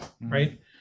right